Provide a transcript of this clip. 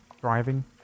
driving